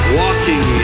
walking